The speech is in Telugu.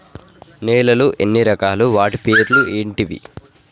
నేలలు ఎన్ని రకాలు? వాటి పేర్లు ఏంటివి?